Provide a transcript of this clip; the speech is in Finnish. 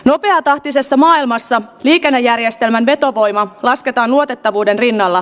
nokialta kyseessä maailmassa vikkelä järjestämän vetovoima lasketaan luotettavuuden rinnalla